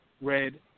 red